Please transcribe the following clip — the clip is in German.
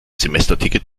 semesterticket